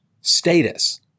status